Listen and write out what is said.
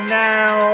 now